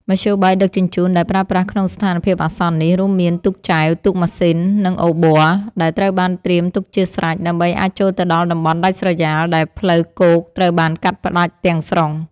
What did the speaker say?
មធ្យោបាយដឹកជញ្ជូនដែលប្រើប្រាស់ក្នុងស្ថានភាពអាសន្ននេះ រួមមានទូកចែវ ទូកម៉ាស៊ីន និងអូប័រ ដែលត្រូវបានត្រៀមទុកជាស្រេច ដើម្បីអាចចូលទៅដល់តំបន់ដាច់ស្រយាលដែលផ្លូវគោកត្រូវបានកាត់ផ្ដាច់ទាំងស្រុង។